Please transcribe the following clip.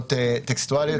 הודעות טקסטואליות.